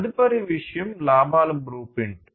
తదుపరి విషయం లాభాల బ్లూప్రింట్